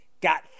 Got